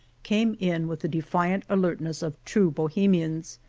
came in with the defiant alertness of true bo hemians.